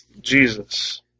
Jesus